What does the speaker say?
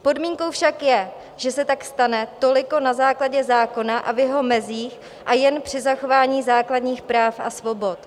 Podmínkou však je, že se tak stane toliko na základě zákona a v jeho mezích a jen při zachování základních práv a svobod.